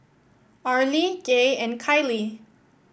Arlie Gaye and Kylie